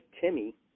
Timmy